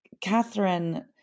Catherine